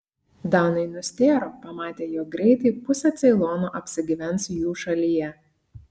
danai nustėro pamatę jog greitai pusė ceilono apsigyvens jų šalyje